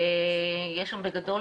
בגדול,